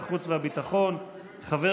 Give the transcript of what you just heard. נעבור